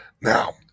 Now